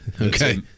Okay